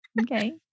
Okay